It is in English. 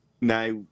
now